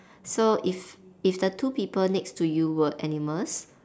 so if if the two people next to you were animals